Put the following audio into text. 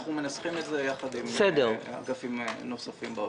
אנחנו מנסחים את זה ביחד עם אגפים נוספים במשרד האוצר.